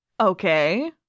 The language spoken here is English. Okay